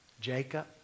Jacob